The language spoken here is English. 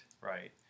right